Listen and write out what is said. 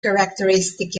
characteristic